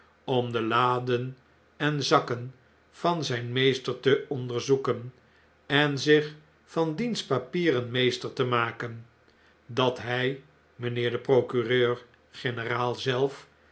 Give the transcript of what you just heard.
geboren wordeuomde laden en zakken van zijn meester te onderzoeken en zich van diens papieren meester te maken dat hjj mijnheer de procureur-generaal zelf